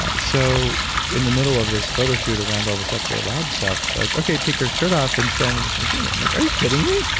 ah so in the middle of this photo shoot around all this upgrade labs stuff they're like, okay, take your shirt off and stand in this machine. i'm like, are you kidding me?